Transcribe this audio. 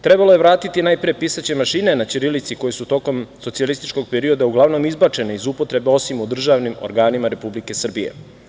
Trebalo je vratiti, najpre, pisaće mašine na ćirilici koje su tokom socijalističkog perioda uglavnom izbačene iz upotrebe, osim u državnim organima Republike Srbije.